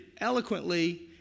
eloquently